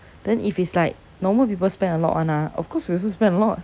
then if it's like normal people spend a lot [one] ah of course we also spend a lot